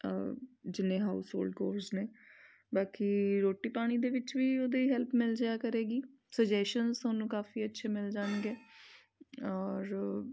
ਜਿੰਨੇ household chores ਨੇ ਬਾਕੀ ਰੋਟੀ ਪਾਣੀ ਦੇ ਵਿੱਚ ਵੀ ਉਹਦੀ ਹੈਲਪ ਮਿਲ ਜਾਇਆ ਕਰੇਗੀ ਸੁਜੈਸ਼ਨ ਤੁਹਾਨੂੰ ਕਾਫੀ ਅੱਛੇ ਮਿਲ ਜਾਣਗੇ ਔਰ